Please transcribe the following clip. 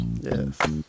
Yes